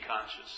conscious